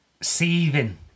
Seething